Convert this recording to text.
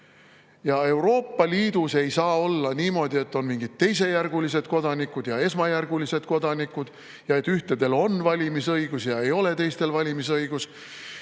Euroopa Liidus ei saa olla niimoodi, et on mingid teisejärgulised kodanikud ja esmajärgulised kodanikud ja et ühtedel on valimisõigus ja teistel ei ole valimisõigust.